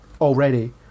already